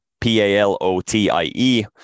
P-A-L-O-T-I-E